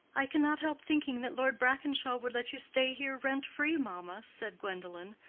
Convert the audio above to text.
i cannot help thinking that lord brackenshaw would let you stay here rent-free, mamma, said gwendolen,